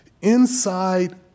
Inside